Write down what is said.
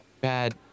bad